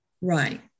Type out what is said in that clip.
Right